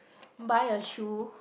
buy a shoe